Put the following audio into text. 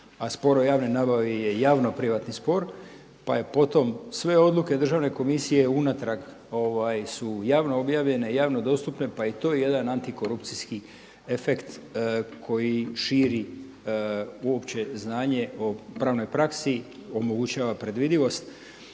a spor o javnoj nabavi je javno privatni spor, pa je potom sve odluke Državne komisije unatrag su javno objavljene, javno dostupne pa je i to jedan antikorupcijski efekt koji širi uopće znanje o pravnoj praksi, omogućava predvidivost,